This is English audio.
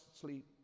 sleep